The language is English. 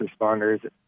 responders